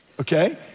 okay